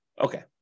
Okay